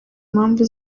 mpamvu